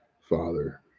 Father